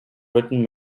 written